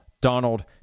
Donald